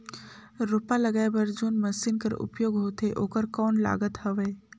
रोपा लगाय बर जोन मशीन कर उपयोग होथे ओकर कौन लागत हवय?